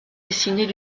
dessinées